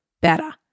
better